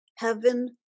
heaven